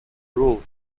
rule